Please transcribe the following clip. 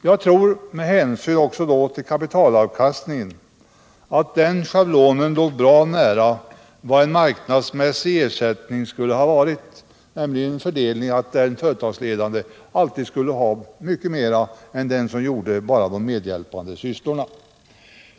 Jag tror — med hänsyn också till kapitalavkastningen — att denna schablon låg bra nära vad en marknadsmässig ersättning skulle ha gett, nämligen fördelningen att den företagsledande alltid skall ha mera än medhjälparen.